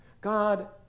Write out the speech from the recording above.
God